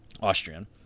austrian